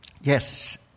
Yes